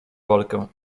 walkę